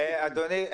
אדוני,